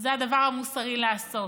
זה הדבר המוסרי לעשות,